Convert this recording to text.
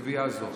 לקביעה זו.